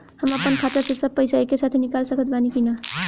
हम आपन खाता से सब पैसा एके साथे निकाल सकत बानी की ना?